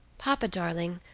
papa, darling,